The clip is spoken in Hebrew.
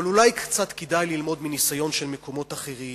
אבל אולי כדאי קצת ללמוד מניסיון של מקומות אחרים